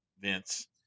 Vince